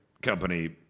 company